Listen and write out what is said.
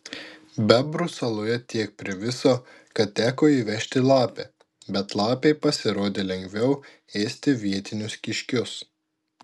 bebrų saloje tiek priviso kad teko įvežti lapę bet lapei pasirodė lengviau ėsti vietinius kiškius